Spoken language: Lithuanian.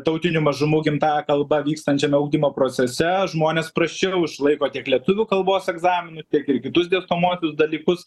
tautinių mažumų gimtąja kalba vykstančiame ugdymo procese žmonės prasčiau išlaiko tiek lietuvių kalbos egzaminą tiek ir kitus dėstomuosius dalykus